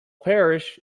parish